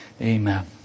amen